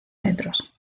metros